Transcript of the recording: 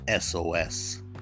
sos